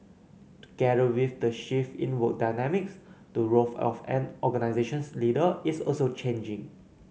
together with the shift in work dynamics the role of an organization's leader is also changing